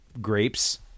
grapes